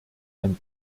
ein